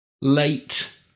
late